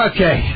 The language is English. Okay